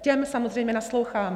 Těm samozřejmě nasloucháme.